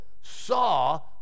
saw